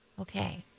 Okay